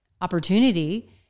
opportunity